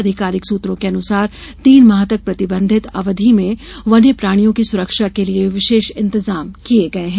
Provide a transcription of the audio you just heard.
आधिकारिक सूत्रों के अनुसार तीन माह तक प्रतिबंधित अवधी में वन्य प्राणियों की सुरक्षा के लिये विशेष इंतजाम किये गये हैं